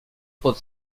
pod